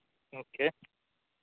ᱤᱱᱠᱟᱹ